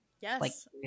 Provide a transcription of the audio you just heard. Yes